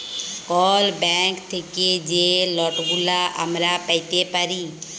call bank থ্যাইকে যে লটগুলা আমরা প্যাইতে পারি